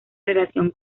relación